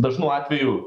dažnu atveju